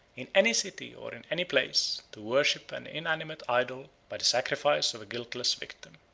in any city or in any place, to worship an inanimate idol, by the sacrifice of a guiltless victim.